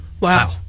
wow